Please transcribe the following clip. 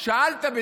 שאלת,